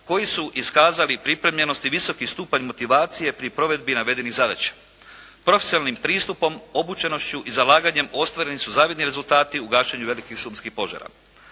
koji su iskazali pripremljenost i visoki stupanje motivacije pri provedbi navedenih zadaća. Profesionalnim pristupom, obučenošću i zalaganjem ostvareni su zavidni rezultati u gašenju velikih šumskih požara.